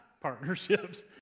Partnerships